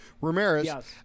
Ramirez